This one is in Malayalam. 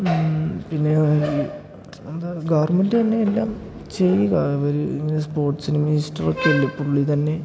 പിന്നെ ഈ എന്താ ഗവർമെൻ്റ് തന്നെ എല്ലാം ചെയ്യുക അവർ ഇങ്ങനെ സ്പോർട്സിന് മിനിസ്റ്ററൊക്കെ ഇല്ലേ പുള്ളി തന്നെ